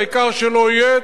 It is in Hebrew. העיקר שלא יהיה,